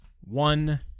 One